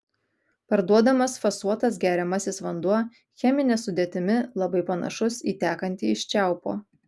parduodamas fasuotas geriamasis vanduo chemine sudėtimi labai panašus į tekantį iš čiaupo